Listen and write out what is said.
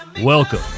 Welcome